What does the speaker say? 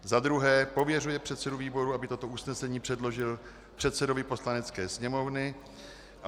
II. pověřuje předsedu výboru, aby toto usnesení předložil předsedovi Poslanecké sněmovny, a